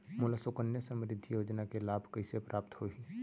मोला सुकन्या समृद्धि योजना के लाभ कइसे प्राप्त होही?